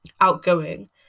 outgoing